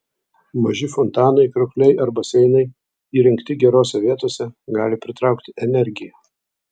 maži fontanai kriokliai ar baseinai įrengti gerose vietose gali pritraukti energiją